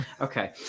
Okay